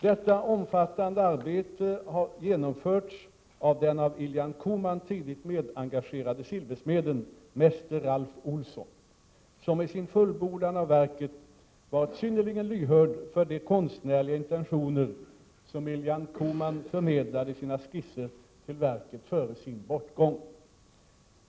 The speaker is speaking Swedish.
Detta omfattande arbete har genomförts av den av Ilhan Koman tidigt medengagerade silversmeden, mäster Ralf Ohlson, som i sin fullbordan av verket varit synnerligen lyhörd för de konstnärliga intentioner som Ilhan Koman förmedlade i sina skisser till verket före sin bortgång.